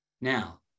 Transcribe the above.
Now